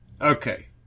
Okay